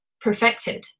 perfected